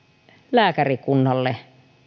lääkärikunnalle